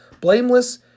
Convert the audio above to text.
blameless